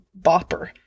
bopper